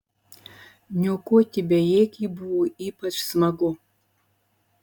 niokoti bejėgį buvo ypač smagu